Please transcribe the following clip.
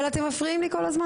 לא עבר.